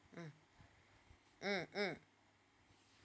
mm mm mm